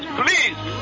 please